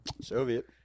Soviet